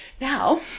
Now